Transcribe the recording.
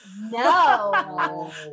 No